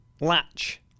Latch